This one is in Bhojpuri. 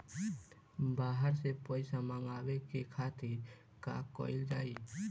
बाहर से पइसा मंगावे के खातिर का कइल जाइ?